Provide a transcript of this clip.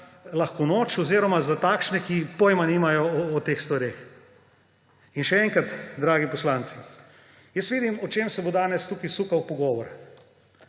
lahko noč oziroma za takšne, ki pojma nimajo o teh stvareh. Še enkrat, dragi poslanci, jaz vidim, o čem se bo danes tukaj sukal pogovor: